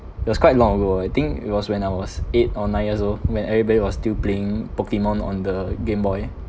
it was quite long ago I think it was when I was eight or nine years old when everybody was still playing pokemon on the gameboy